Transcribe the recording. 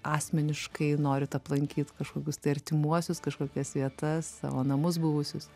asmeniškai norit aplankyt kažkokius tai artimuosius kažkokias vietas savo namus buvusius